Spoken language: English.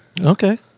Okay